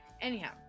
Anyhow